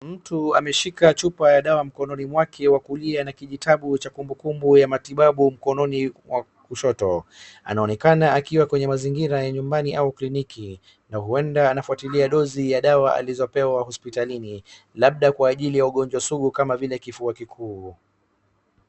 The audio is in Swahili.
Mtu ameshika chupa ya dawa mkononi mwake wa kulia na kijitabu cha kumbukumbu ya matibabu mkononi wa kushoto ,anaonekana akiwa kwenye mazingira ya nyumbani au kliniki nauenda anafuatitilia [csdozi ya dawa alizopewa hospitalini labda kwa aili ugonjwa sugu kama kifua kikuu.